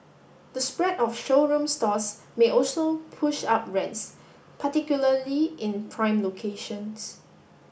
the spread of showroom stores may also push up rents particularly in prime locations